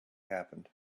happened